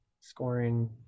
scoring